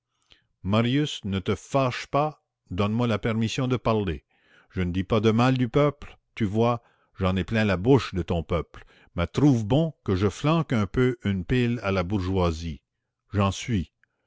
marius ne te fâche pas donne-moi la permission de parler je ne dis pas de mal du peuple tu vois j'en ai plein la bouche de ton peuple mais trouve bon que je flanque un peu une pile à la bourgeoisie j'en suis